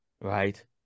right